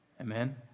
Amen